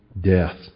death